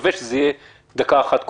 ושווה זה יהיה דקה אחת קודם.